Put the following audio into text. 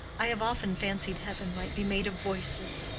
i have often fancied heaven might be made of voices.